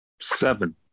Seven